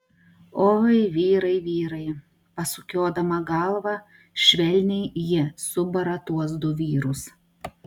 oi vyrai vyrai pasukiodama galvą švelniai ji subara tuos du vyrus